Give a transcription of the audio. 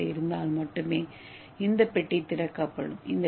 ஏ வரிசை இருந்தால் மட்டுமே இந்த பெட்டி திறக்கப்படும்